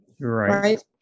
Right